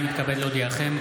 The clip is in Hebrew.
הינני מתכבד להודיעכם,